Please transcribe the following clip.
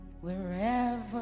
wherever